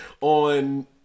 on